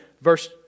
verse